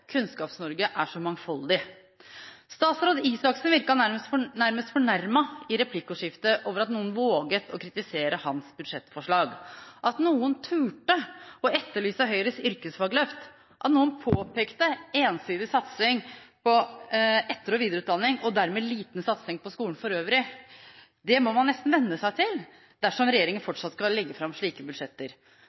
Kunnskaps-Norge er så mangfoldig. Statsråd Røe Isaksen virket nærmest fornærmet i replikkordskiftet over at noen våget å kritisere hans budsjettforslag, at noen turte å etterlyse Høyres yrkesfagløft, og at noen påpekte ensidig satsing på etter- og videreutdanning og dermed liten satsing på skolen for øvrig. Det må han nesten venne seg til dersom regjeringen fortsatt skal legge fram slike budsjetter.